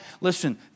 listen